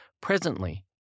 presently